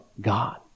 God